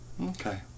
okay